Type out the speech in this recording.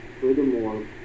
Furthermore